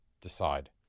decide